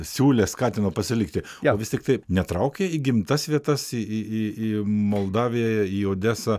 siūlė skatino pasilikti jo vis tiktai netraukė į gimtas vietas į į į moldaviją į odesą